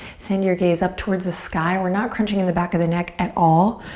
send your gaze up towards the sky. we're not crunching in the back of the neck at all.